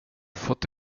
fått